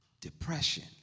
Depression